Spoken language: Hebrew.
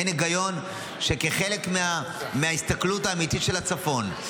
אין היגיון שכחלק מההסתכלות האמיתית של הצפון,